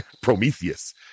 prometheus